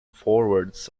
forwards